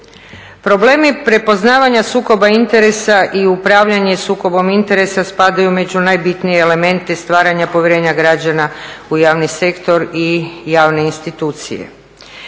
Problemi prepoznavanja sukoba interesa i upravljanje sukobom interesa spadaju među najbitnije elemente stvaranja povjerenja građana u javni sektor i javne institucije.